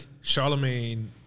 Charlemagne